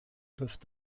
peuvent